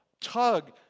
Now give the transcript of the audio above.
tug